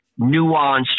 nuanced